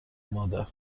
مادر